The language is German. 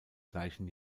gleichen